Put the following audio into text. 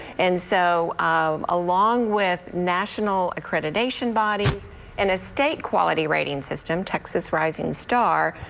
and so um along with national accreditation bodies and a state quality rating system, texas' rising star,